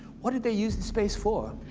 what did they use the space for?